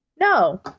No